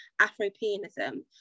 Afropeanism